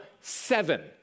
seven